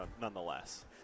nonetheless